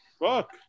Fuck